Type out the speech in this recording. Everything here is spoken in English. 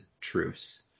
truce